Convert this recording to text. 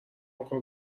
اقا